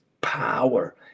power